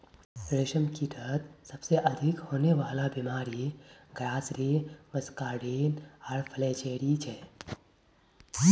रेशमकीटत सबसे अधिक होने वला बीमारि ग्रासरी मस्कार्डिन आर फ्लैचेरी छे